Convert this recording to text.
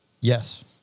Yes